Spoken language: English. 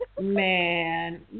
Man